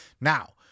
Now